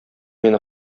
мине